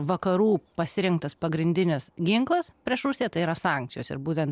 vakarų pasirinktas pagrindinis ginklas prieš rusiją tai yra sankcijos ir būtent